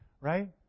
right